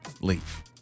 leave